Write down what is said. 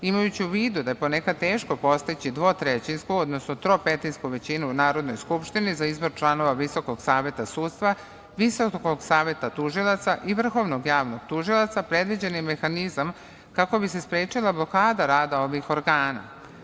Imajući u vidu da je ponekada teško postići dvotrećinsku, odnosno tropetinsku većinu u Narodnoj skupštini za izbor člana Visokog saveta sudstva, Visokog saveta tužilaca i vrhovnog javnog tužioca previđen je mehanizam kako bi se sprečila blokada rada ovih organa.